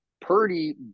Purdy